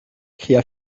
cria